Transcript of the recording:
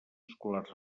escolars